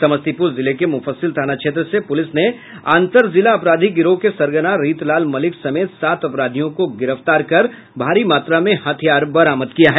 समस्तीपुर जिले के मुफ्फसिल थाना क्षेत्र से पुलिस ने अंतर जिला अपराधी गिरोह के सरगना रीतलाल मल्लिक समेत सात अपराधियों को गिरफ्तार कर भारी मात्रा में हथियार बरामद किया है